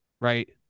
right